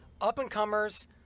Up-and-comers